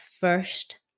first